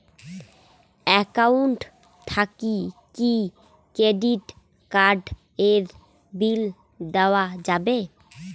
Account থাকি কি credit card এর বিল দেওয়া যাবে?